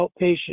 outpatient